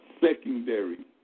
secondary